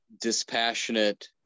dispassionate